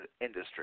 industry